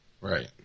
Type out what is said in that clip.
Right